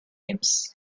games